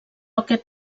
aquest